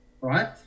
right